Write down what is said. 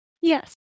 Yes